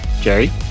Jerry